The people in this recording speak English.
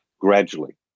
gradually